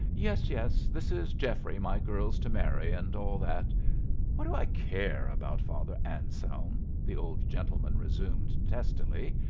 yes, yes, this is geoffrey my girl's to marry and all that what do i care about father anselm? the old gentleman resumed testily,